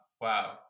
Wow